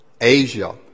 Asia